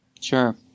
Sure